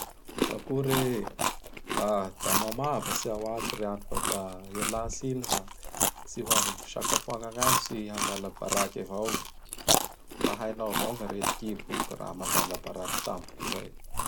Akory e! Aha! Da mamavatsy iaho ato riano fa da ialatsiny fa tsy ho avy am gny fisakafoagna gnagny tsy hangala baraky avao. Fa hainao avao gn'aretikibo io k ra mangala baraka tampoky zay.